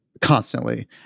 constantly